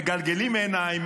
מגלגלים עיניים,